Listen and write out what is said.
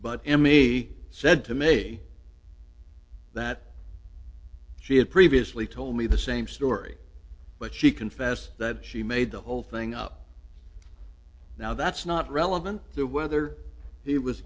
but to me said to me that she had previously told me the same story but she confessed that she made the whole thing up now that's not relevant to whether he was